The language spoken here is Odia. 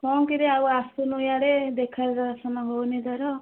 କ'ଣ କିରେ ଆଉ ଆସୁନୁ ଇଆଡ଼େ ଦେଖା ଦର୍ଶନ ହେଉନି ତୋର